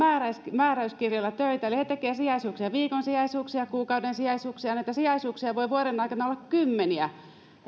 määräyskirjalla töitä eli he tekevät sijaisuuksia viikon sijaisuuksia kuukauden sijaisuuksia näitä sijaisuuksia voi vuoden aikana olla kymmeniä